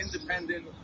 Independent